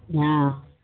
हँ